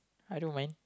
I don't mind